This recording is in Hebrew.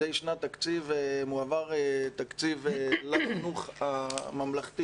מדי שנת תקציב מועבר תקציב לחינוך הממלכתי